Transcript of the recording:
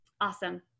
Awesome